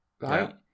right